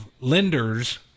lenders